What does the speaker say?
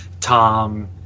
Tom